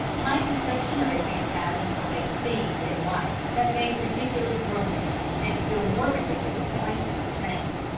my conception of a phantasm was a thing in white that made ridiculous groanings and still more ridiculous clankings of chains.